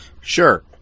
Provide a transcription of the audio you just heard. Sure